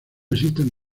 existen